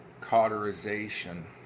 cauterization